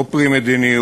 לא פרי מדיניות,